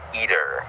eater